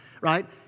Right